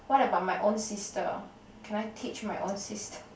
what about my own sister can I teach my own sister